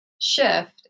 shift